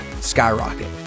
skyrocket